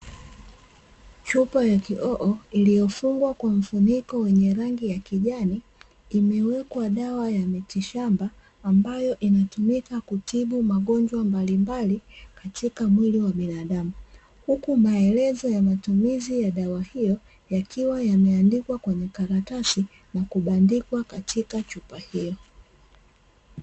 Chupa ya kioo iliyofungwa kwa mfuniko wenye rangi ya kijani imewekwa dawa ya mitishamba ambayo inatumika kutibu magonjwa mbalimbali katika mwili wa binadamu, huku maelezo ya matumizi ya dawa hiyo yakiwa yameadikwa kwenye karatasi na kubandikwa katika chupa hiyo.